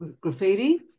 graffiti